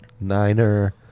niner